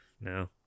No